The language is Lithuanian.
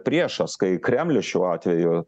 priešas kai kremlius šiuo atveju